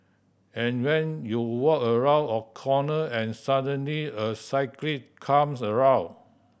and when you walk around a corner and suddenly a cyclist comes around